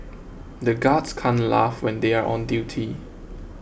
the guards can't laugh when they are on duty